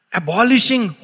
abolishing